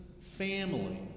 family